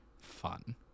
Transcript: fun